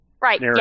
Right